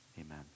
amen